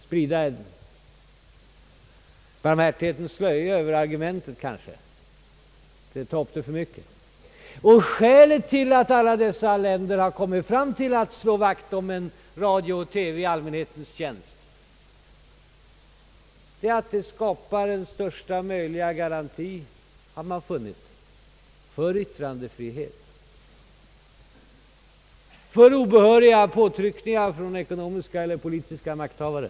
Här borde man egentligen sprida en barmhärtighetens slöja över hr Holmbergs argument. Skälet till att alla dessa länder kommit fram till att man bör slå vakt om radio och TV i allmänhetens tjänst är att detta skapar den största möjliga garantien för yttrandefrihet och för obehöriga påtryckningar från ekonomiska eller politiska makthavare.